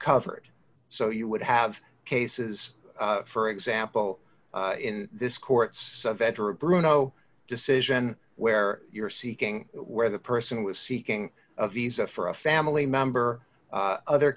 covered so you would have cases for example in this court's veteran brunow decision where you're seeking where the person was seeking a visa for a family member other